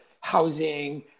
housing